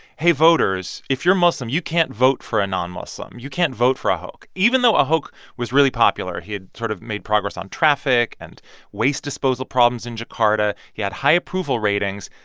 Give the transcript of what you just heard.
hey, voters, if you're muslim, you can't vote for a non-muslim. you can't vote for ahok even though ahok was really popular he had sort of made progress on traffic and waste disposal problems in jakarta. he had high approval ratings.